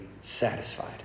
satisfied